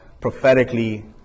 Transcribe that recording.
prophetically